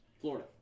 Florida